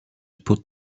put